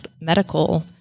medical